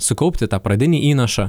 sukaupti tą pradinį įnašą